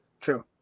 True